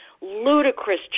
ludicrous